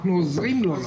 אנחנו עוזרים לו.